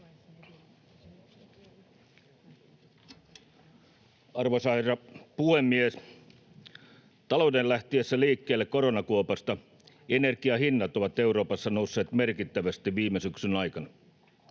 Arvoisa herra puhemies! Talouden lähtiessä liikkeelle koronakuopasta energian hinnat ovat Euroopassa nousseet merkittävästi viime syksyn aikana.